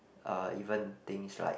uh even things like